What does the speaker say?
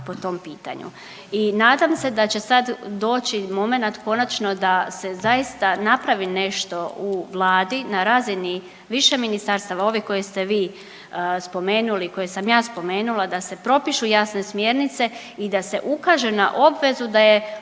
I nadam se da će sada doći momenat konačno da se zaista napravi nešto u vladi na razini više ministarstava, ovih koje ste vi spomenuli, koje sam ja spomenula da se propišu jasne smjernice i da se ukaže na obvezu da je i